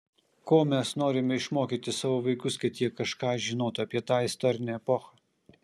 ko mes norime išmokyti savo vaikus kad jie kažką žinotų apie tą istorinę epochą